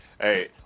Hey